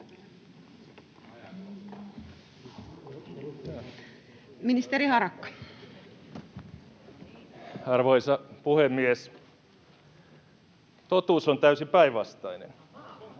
Ministeri Harakka. Arvoisa puhemies! Totuus on täysin päinvastainen.